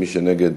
ומי שנגד,